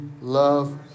love